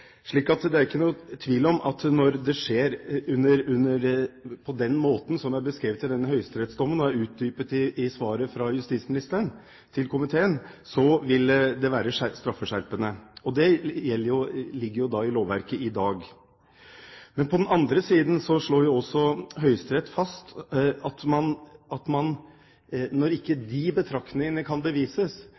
Det er ikke noen tvil om at når det skjer på den måten som det er beskrevet i høyesterettsdommen, og er utdypet i justisministerens svar til komiteen, vil det være straffeskjerpende. Det ligger jo i lovverket i dag. Men på den andre siden slår også Høyesterett fast at når ikke de betraktningene kan bevises,